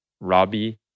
Robbie